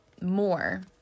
more